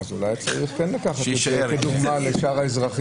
אז אולי כן צריך לקחת את זה כדוגמה לשאר האזרחים.